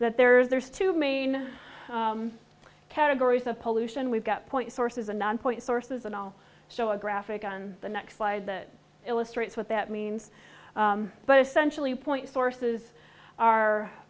that there's there's two main categories of pollution we've got point sources and nonpoint sources and i'll show a graphic on the next slide that illustrates what that means but essentially point sources are